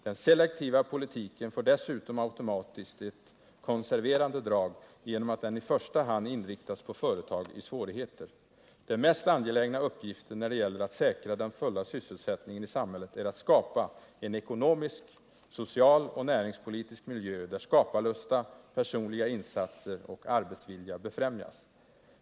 Den selektiva politiken får dessutom automatiskt ett konserverande drag genom att den i första hand inriktas på företag i svårigheter. Den mest angelägna uppgiften när det gäller att säkra den fulla sysselsättningen i samhället är att skapa en ekonomisk, social och näringspolitisk miljö, där skaparlusta, personliga insatser och arbetsvilja befrämjas.